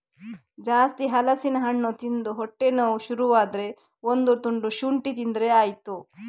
ಜಾಸ್ತಿ ಹಲಸಿನ ಹಣ್ಣು ತಿಂದು ಹೊಟ್ಟೆ ನೋವು ಶುರು ಆದ್ರೆ ಒಂದು ತುಂಡು ಶುಂಠಿ ತಿಂದ್ರೆ ಆಯ್ತು